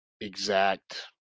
exact